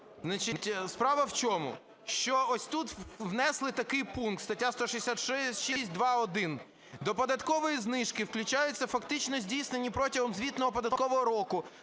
Значить, справа в чому? Що тут внесли такий пункт (стаття 166.2.1): "До податкової знижки включаються фактично здійснені протягом звітного податкового року